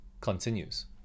continues